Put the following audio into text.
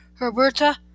Herberta